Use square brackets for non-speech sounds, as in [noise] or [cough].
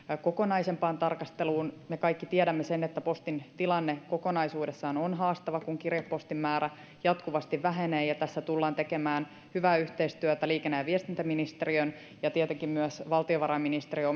kokonaisempaan tarkasteluun me kaikki tiedämme sen että postin tilanne kokonaisuudessaan on haastava kun kirjepostin määrä jatkuvasti vähenee ja tässä tullaan tekemään hyvää yhteistyötä liikenne ja viestintäministeriön ja tietenkin myös valtiovarainministeriön [unintelligible]